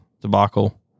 debacle